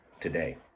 today